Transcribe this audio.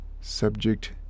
Subject